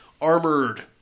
armored